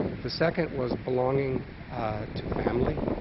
the second was belonging to family.